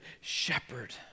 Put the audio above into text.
shepherd